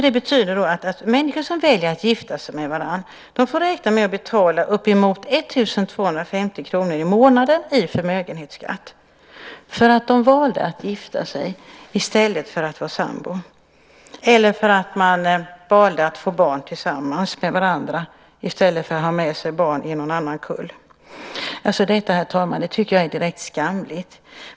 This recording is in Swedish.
Det betyder att människor som väljer att gifta sig med varandra får räkna med att betala uppemot 1 250 kr i månaden i förmögenhetsskatt för att de valde att gifta sig i stället för att vara sambor eller för att de valde att få barn tillsammans med varandra i stället för att ha med sig barn från någon annan kull. Detta tycker jag är direkt skamligt.